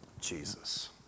Jesus